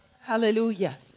Hallelujah